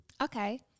Okay